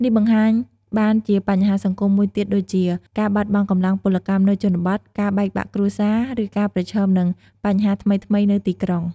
នេះបង្កើតបានជាបញ្ហាសង្គមមួយទៀតដូចជា ការបាត់បង់កម្លាំងពលកម្មនៅជនបទ ការបែកបាក់គ្រួសារ ឬការប្រឈមនឹងបញ្ហាថ្មីៗនៅទីក្រុង។